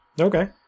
Okay